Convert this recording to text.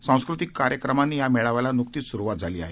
सांस्कृतिक कार्यक्रमांनी या मेळाव्याला नुकतीच सुरुवात झाली आहे